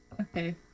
Okay